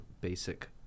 basic